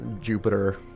Jupiter